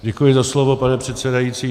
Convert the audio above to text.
Děkuji za slovo, pane předsedající.